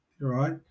right